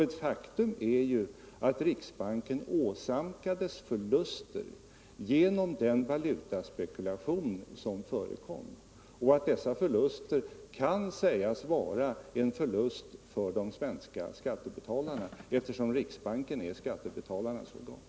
Ett faktum är att riksbanken åsamkades förluster genom den valutaspekulation som förekom. Dessa förluster kan sägas vara en förlust för de svenska skattebetalarna, eftersom riksbanken är skattebetalarnas organ.